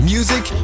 Music